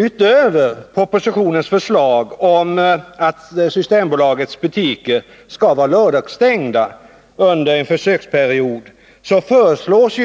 Utöver propositionens förslag om att Systembolagets butiker skall vara lördagsstängda under en försöksperiod föreslås